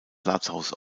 lazarus